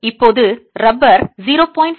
இப்போது ரப்பர் 0